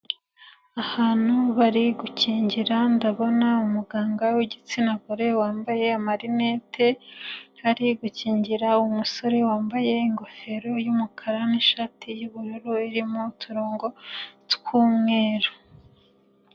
Ahantu bari gukingira ndabona umuganga wigitsina gore wambaye amarinete ari gukingira umusore wambaye ingofero y'umukara nishati y'ubururu irimoturongo twumweru.